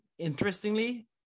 Interestingly